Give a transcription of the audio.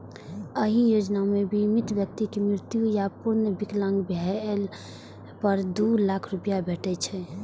एहि योजना मे बीमित व्यक्ति के मृत्यु या पूर्ण विकलांग भेला पर दू लाख रुपैया भेटै छै